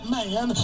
man